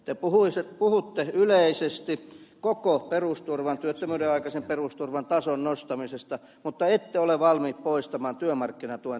te puhutte yleisesti koko perusturvan työttömyyden aikaisen perusturvan tason nostamisesta mutta ette ole valmiit poistamaan työmarkkinatuen tarveharkintaa